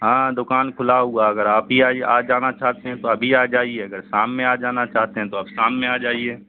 ہاں ہاں دکان کھلا ہوا ہے اگر آپ ہی آج آنا چاہتے ہیں تو ابھی آ جائیے اگر شام میں آ جانا چاہتے ہیں تو آپ شام میں آ جائیے